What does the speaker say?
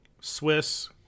Swiss